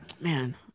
man